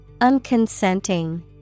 unconsenting